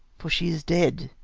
for she is dead,